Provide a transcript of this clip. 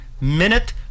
minute